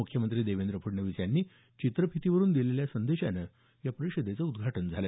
मुख्यमंत्री देवेंद्र फडणवीस यांनी चित्रफितीवरून दिलेल्या संदेशानं या परिषदेचं उदघाटन झालं